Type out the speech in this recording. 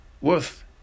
worth